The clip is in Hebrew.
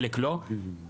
חלק לא נאמן לנוהל.